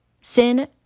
Sin